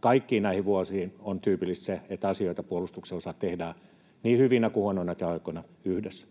kaikille näille vuosille on tyypillistä se, että asioita puolustuksen osalta tehdään niin hyvinä kuin huonoinakin aikoina yhdessä.